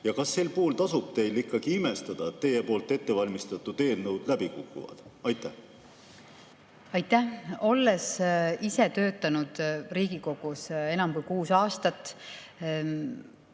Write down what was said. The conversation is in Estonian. ja kas sel puhul tasub teil ikkagi imestada, et teie poolt ettevalmistatud eelnõud läbi kukuvad? Aitäh! Olles ise töötanud Riigikogus enam kui kuus aastat,